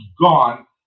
gone